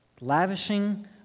Lavishing